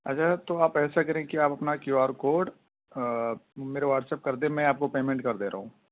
اچھا تو آپ ایسا کریں کہ اپنا کیو آر کوڈ میرے واٹسپ کر دیں میں آپ کو پیمنٹ کر دے رہا ہوں